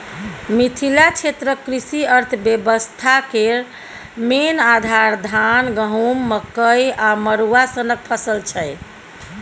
मिथिला क्षेत्रक कृषि अर्थबेबस्था केर मेन आधार, धान, गहुँम, मकइ आ मरुआ सनक फसल छै